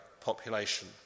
population